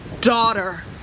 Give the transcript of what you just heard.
daughter